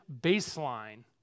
baseline